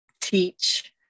teach